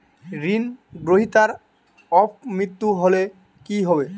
ঋণ গ্রহীতার অপ মৃত্যু হলে কি হবে?